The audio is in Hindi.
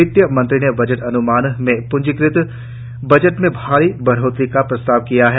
वित्तमंत्री ने बजट अन्मानों में पूंजीगत बजट में भारी बढ़ोतरी का प्रस्ताव किया है